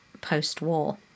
post-war